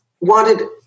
wanted